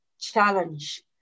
challenge